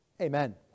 Amen